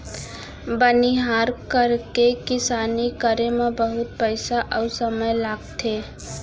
बनिहार करके किसानी करे म बहुत पइसा अउ समय लागथे